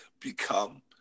become